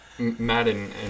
Madden